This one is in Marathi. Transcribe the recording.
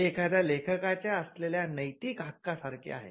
हे एखाद्या लेखकाच्या असलेल्या नैतिक हक्का सारखे आहे